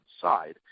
side